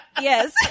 yes